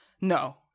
No